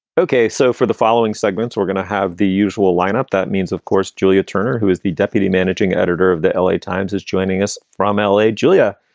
ok, so for the following segments, we're gonna have the usual lineup, that means, of course, julia turner, who is the deputy managing editor of the l a. times, is joining us from l a. julia,